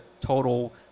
total